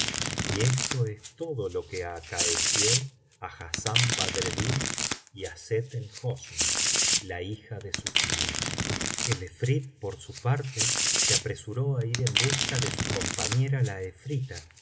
y esto es todo lo que acaeció á hassán eadreddin y á sett el hosn la hija de su tío el efrit por su parte se apresuró á ir en busca de su compañera la efrita